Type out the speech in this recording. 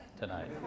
tonight